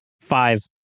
Five